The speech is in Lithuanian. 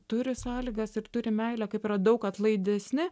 turi sąlygas ir turi meilę kaip yra daug atlaidesni